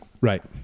Right